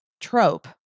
trope